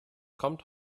kommt